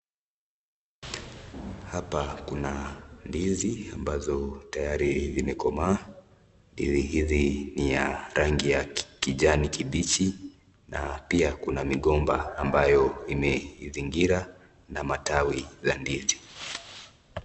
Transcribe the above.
Hapa kuna ndizi ambazo tayari imekomaa. Ndizi hizi ni ya rangi ya kijani kibichi na pia kuna migomba ambayo imeizingira na matawi za ndizi.